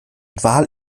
wal